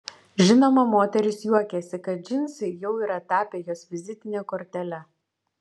žinoma moteris juokiasi kad džinsai jau yra tapę jos vizitine kortele